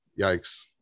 Yikes